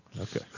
Okay